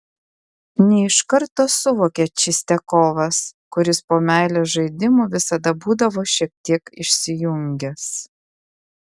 ne iš karto suvokė čistiakovas kuris po meilės žaidimų visada būdavo šiek tiek išsijungęs